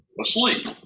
Asleep